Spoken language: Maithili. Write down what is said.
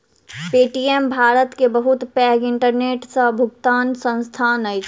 पे.टी.एम भारत के बहुत पैघ इंटरनेट सॅ भुगतनाक संस्थान अछि